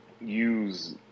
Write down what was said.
use